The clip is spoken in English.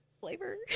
flavor